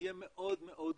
תהיה מאוד מאוד קטנה.